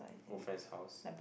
go friends house